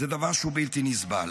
זה דבר שהוא בלתי נסבל.